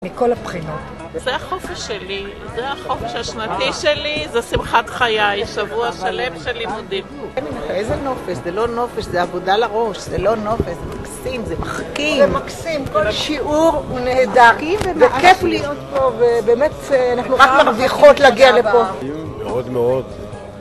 מכל הבחינות זה החופש שלי, זה החופש השנתי שלי, זה שמחת חיי, שבוע שלם של לימודים. איזה נופש, זה לא נופש, זה עבודה לראש, זה לא נופש, זה מקסים, זה מחכים זה מקסים, כל שיעור הוא נהדר, וכיף להיות פה, ובאמת אנחנו רק מרוויחות להגיע לפה